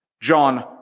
John